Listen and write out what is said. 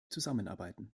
zusammenarbeiten